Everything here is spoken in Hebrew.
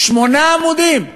שמונה עמודים בלבד.